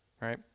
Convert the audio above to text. right